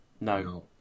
No